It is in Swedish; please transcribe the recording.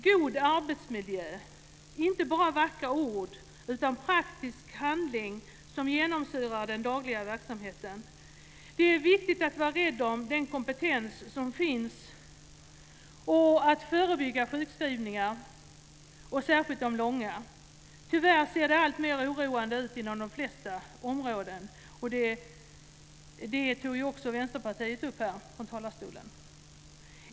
God arbetsmiljö - det är inte bara vackra ord utan praktisk handling som genomsyrar den dagliga verksamheten. Det är viktigt att vara rädd om den kompetens som finns och att förebygga sjukskrivningar, särskilt de långa. Tyvärr ser det alltmer oroande ut på de flesta områden. Detta togs också upp från Vänsterpartiet här i talarstolen.